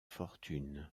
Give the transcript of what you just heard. fortune